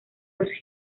los